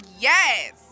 yes